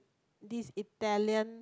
this Italian